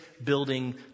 Building